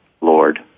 Lord